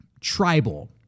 tribal